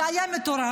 זה היה מטורף,